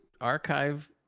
archive